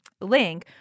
link